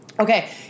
Okay